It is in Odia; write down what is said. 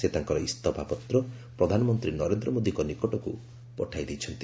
ସେ ତାଙ୍କର ଇସ୍ତଫା ପତ୍ର ପ୍ରଧାନମନ୍ତ୍ରୀ ନରେନ୍ଦ୍ର ମୋଦିଙ୍କ ନିକଟକୁ ପଠାଇ ଦେଇଛନ୍ତି